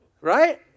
Right